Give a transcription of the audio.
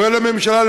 קורא לממשלה,